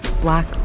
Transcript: Black